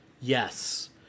Yes